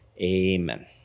Amen